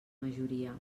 majoria